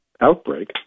outbreak